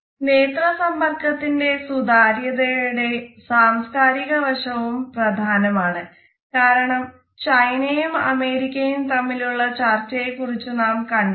നേത്ര സമ്പർക്കത്തിന്റ സുതാര്യതയുടെ സാംസ്കാരിക വശവും പ്രധാനമാണ് കാരണം ചൈനയും അമേരിക്കയും തമ്മിലുള്ള ചർച്ചയെ കുറിച്ച് നാം കണ്ടതാണ്